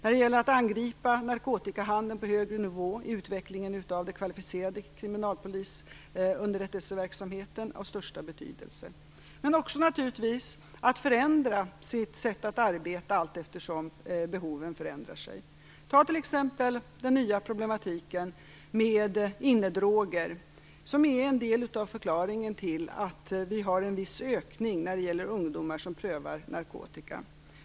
I fråga om att angripa narkotikahandeln på högre nivå är utvecklingen av den kvalificerade kriminalpolisunderrättelseverksamheten av största betydelse. Det gäller naturligtvis också att förändra sitt sätt att arbeta allteftersom behoven förändras. Ta t.ex. den nya problematiken med innedroger, som är en del av förklaringen till att vi har en viss ökning av antalet ungdomar som prövar narkotika.